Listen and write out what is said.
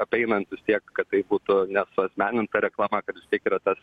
apeinant vis tiek kad tai būtų nesuasmeninta reklama kad tiek yra tas